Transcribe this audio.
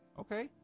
Okay